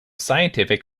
scientific